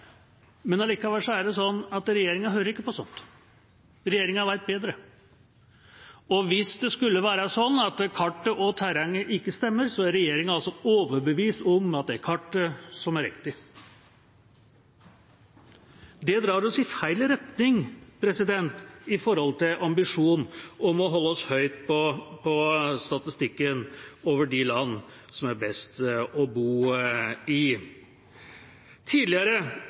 Men likevel er det sånn at regjeringa hører ikke på sånt, regjeringa vet bedre. Hvis det skulle være sånn at kartet og terrenget ikke stemmer, er regjeringa overbevist om at det er kartet som er riktig. Det drar oss i feil retning i forhold til ambisjonen om å holde oss høyt oppe på statistikken over de land det er best å bo i. Tidligere